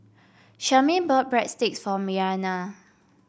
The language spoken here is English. Charmaine bought Breadsticks for Marianna